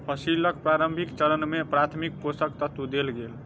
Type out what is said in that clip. फसीलक प्रारंभिक चरण में प्राथमिक पोषक तत्व देल गेल